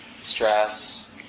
stress